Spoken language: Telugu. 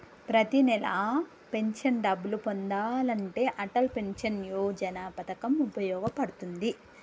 ప్రతి నెలా పెన్షన్ డబ్బులు పొందాలంటే అటల్ పెన్షన్ యోజన పథకం వుపయోగ పడుతుంది